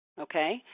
okay